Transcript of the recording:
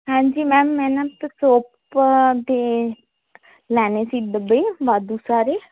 ਹਾਂਜੀ ਮੈਮ ਮੈਂ ਨਾ ਸੋਪ ਦੇ ਲੈਣੇ ਸੀ ਵਡੇ ਵਾਧੂ ਸਾਰੇ